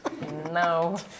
No